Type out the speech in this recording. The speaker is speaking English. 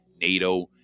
NATO